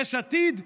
יש עתיד?